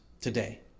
today